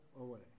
away